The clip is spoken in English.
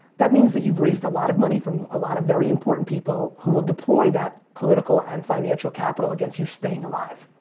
that means that you've raised a lot of money from a lot of very important people, who will deploy that political and financial capital against you staying alive.